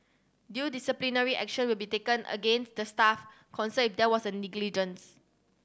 due disciplinary action will be taken against the staff concerned it there was a negligence